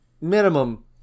minimum